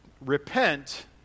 repent